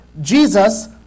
Jesus